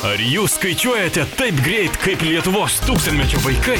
ar jūs skaičiuojate taip greit kaip lietuvos tūkstantmečio vaikai